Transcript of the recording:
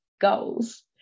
goals